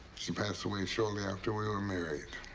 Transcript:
she passed away shortly after we were married.